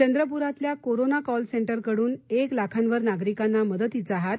चंद्रपुरातल्या corona call centre कडून एक लाखावर नागरिकांना मदतीचा हात